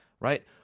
right